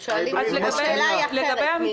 השאלה אחרת.